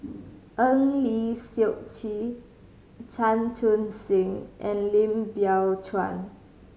Eng Lee Seok Chee Chan Chun Sing and Lim Biow Chuan